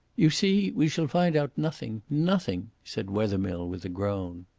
you see, we shall find out nothing nothing, said wethermill, with a groan.